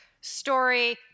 story